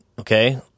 okay